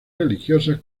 religiosas